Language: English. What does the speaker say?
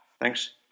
Thanks